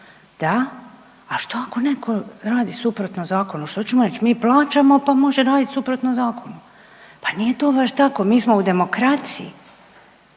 Da, a što ako netko radi suprotno zakonu, što ćemo reći? Mi plaćamo pa može raditi suprotno zakonu? Pa nije to baš tako, mi smo u demokraciji.